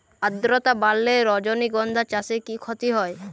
আদ্রর্তা বাড়লে রজনীগন্ধা চাষে কি ক্ষতি হয়?